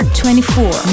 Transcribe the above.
24